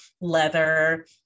leather